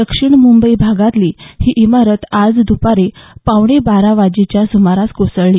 दक्षिण मुंबई भागातली ही इमारत आज दुपारी पावणे बारा वाजेच्या सुमारास कोसळली